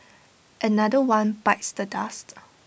another one bites the dust